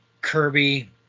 Kirby